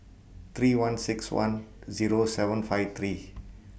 three one six one Zero seven five three